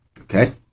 Okay